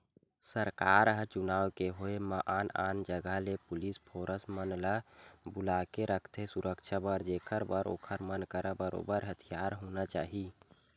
सरकार ह चुनाव के होय म आन आन जगा ले पुलिस फोरस मन ल बुलाके रखथे सुरक्छा बर जेखर बर ओखर मन करा बरोबर हथियार होना चाही